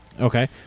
Okay